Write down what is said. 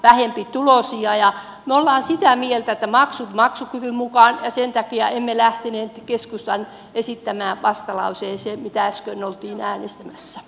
me olemme sitä mieltä että maksut maksukyvyn mukaan ja sen takia emme lähteneet keskustan esittämään vastalauseeseen mitä äsken oltiin äänestämässä